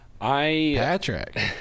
Patrick